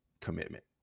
commitment